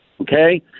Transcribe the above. Okay